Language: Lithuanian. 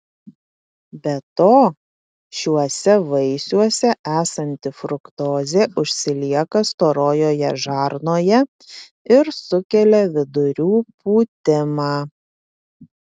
be to šiuose vaisiuose esanti fruktozė užsilieka storojoje žarnoje ir sukelia vidurių pūtimą